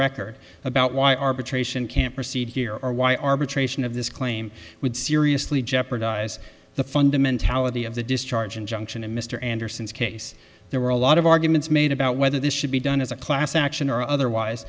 record about why arbitration can't proceed here or why arbitration of this claim would seriously jeopardize the fundamentality of the discharge injunction in mr anderson's case there were a lot of arguments made about whether this should be done as a class action or otherwise